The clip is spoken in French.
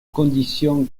condition